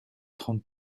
trente